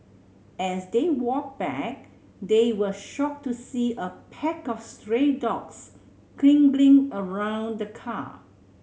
as they walked back they were shocked to see a pack of stray dogs circling around the car